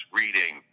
reading